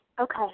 Okay